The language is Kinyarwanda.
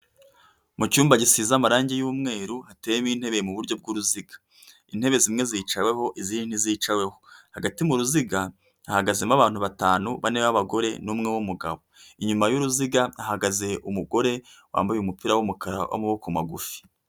Mucmba gisize amarangi y'umweru hateye intebe mu buryo bw'uruziga, intebe zimwe zicayeweho izindi ntizicaweho, hagati mu ruziga hahagazemo abantu batanu, bane b'abagore n'umwe w'umugabo, inyuma y'uruziga hahagaze umugore wambaye umupira w'umukara w'amaboko magufi.